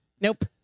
nope